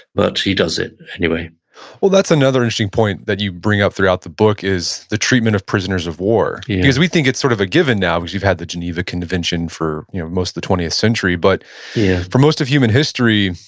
but he does it anyway well, that's another interesting point that you bring up throughout the book is the treatment of prisoners of war. because we think it's sort of a given now, which we've had the geneva convention for you know most of the twentieth century, but yeah for most of human history,